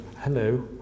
Hello